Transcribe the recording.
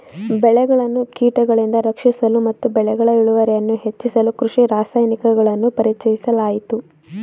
ಬೆಳೆಗಳನ್ನು ಕೀಟಗಳಿಂದ ರಕ್ಷಿಸಲು ಮತ್ತು ಬೆಳೆಗಳ ಇಳುವರಿಯನ್ನು ಹೆಚ್ಚಿಸಲು ಕೃಷಿ ರಾಸಾಯನಿಕಗಳನ್ನು ಪರಿಚಯಿಸಲಾಯಿತು